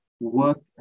work